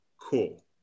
Cool